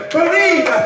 believe